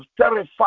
terrified